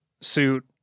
suit